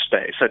space